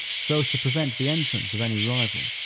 so as to prevent the entrance of any rival.